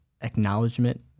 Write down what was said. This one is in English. acknowledgement